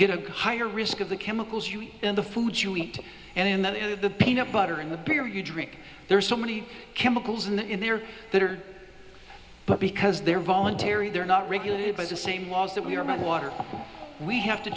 get a higher risk of the chemicals used in the food you eat and in the peanut butter in the beer you drink there are so many chemicals in the in there that are but because they're voluntary they're not regulated by the same laws that we are about water we have to